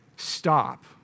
stop